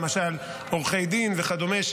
למשל עורכי דין וכדומה,